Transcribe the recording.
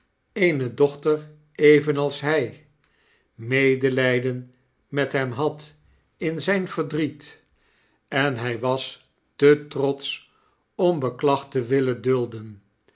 eene dochter evenals hy medelyden met hem had in zijn verdriet en hy was te trotsch om beklag te willen dulden